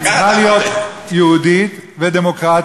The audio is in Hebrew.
היא צריכה להיות יהודית ודמוקרטית,